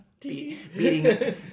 Beating